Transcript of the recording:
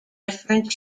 different